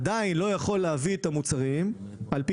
עדיין לא יכול להביא את המוצרים על פי